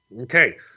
Okay